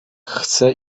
chcę